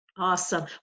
Awesome